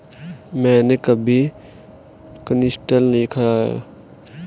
मैंने कभी कनिस्टेल नहीं खाया है